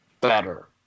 better